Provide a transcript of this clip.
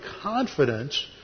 confidence